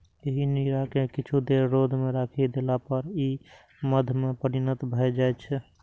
एहि नीरा कें किछु देर रौद मे राखि देला पर ई मद्य मे परिणत भए जाइ छै